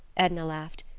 edna laughed.